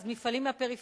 אז מפעלים מהפריפריה,